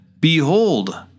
Behold